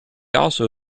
also